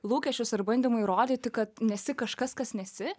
lūkesčius ir bandymą įrodyti kad nesi kažkas kas nesi